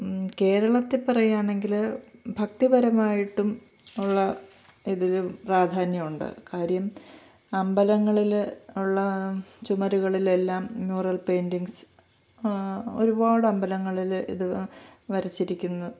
കേരളത്തെ പറയുകയാണെങ്കിൽ ഭക്തിപരമായിട്ടും ഉള്ള ഇതിലും പ്രധാന്യമുണ്ട് കാര്യം അമ്പലങ്ങളിൽ ഉള്ള ചുമരുകളിലെല്ലാം മ്യൂറൽ പെയിൻ്റിങ്ങ്സ് ഒരുപാട് അമ്പലങ്ങളിൽ ഇത് വരച്ചിരിക്കുന്നു